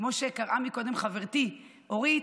כמו שקראה קודם חברתי אורית,